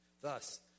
Thus